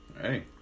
hey